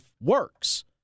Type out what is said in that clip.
works